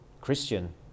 Christian